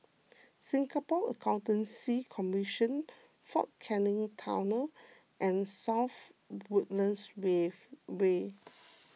Singapore Accountancy Commission fort Canning Tunnel and South Woodlands weave Way